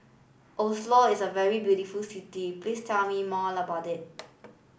Oslo is a very beautiful city please tell me more about it